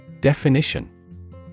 Definition